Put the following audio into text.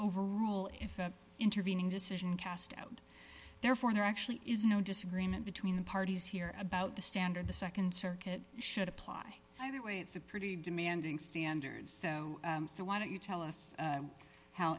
overrule if an intervening decision cast out therefore there actually is no disagreement between the parties here about the standard the nd circuit should apply either way it's a pretty demanding standard so why don't you tell us how